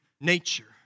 nature